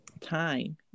time